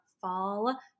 fall